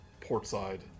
portside